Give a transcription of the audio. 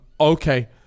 Okay